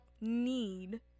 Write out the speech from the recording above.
need